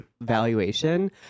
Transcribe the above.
valuation